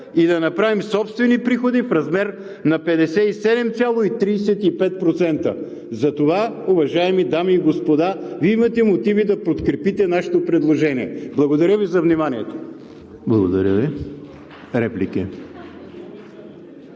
и да направим собствени приходи в размер на 57,35%. Затова, уважаеми дами и господа, Вие имате мотив да подкрепите нашето предложение. Благодаря Ви за вниманието. ПРЕДСЕДАТЕЛ ЕМИЛ